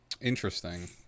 interesting